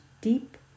deep